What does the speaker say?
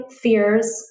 fears